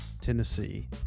Tennessee